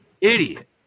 Idiot